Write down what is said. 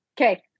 Okay